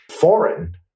foreign